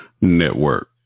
Network